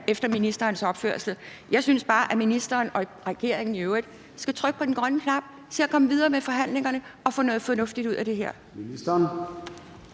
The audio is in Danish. efter ministerens opførsel. Jeg synes bare, at ministeren og regeringen i øvrigt skal trykke på den grønne knap, se at komme videre med forhandlingerne og få noget fornuftigt ud af det her.